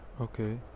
Okay